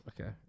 Okay